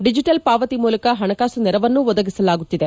digital ಪಾವತಿ ಮೂಲಕ ಹಣಕಾಸು ನೆರವನ್ನೂ ಒದಗಿಸಲಾಗುತ್ತಿದೆ